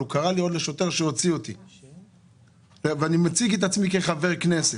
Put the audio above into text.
אבל הוא קרא לשוטר שיוציא אותי כשאני מציג את עצמי כחבר כנסת.